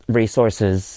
resources